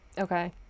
Okay